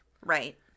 Right